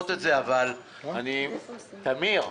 טמיר,